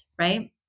right